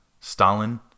Stalin